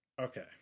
Okay